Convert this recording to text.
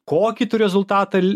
kokį tu rezultatą